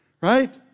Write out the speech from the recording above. Right